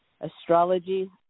astrology